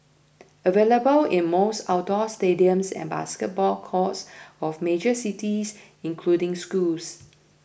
available in most outdoor stadiums and basketball courts of major cities including schools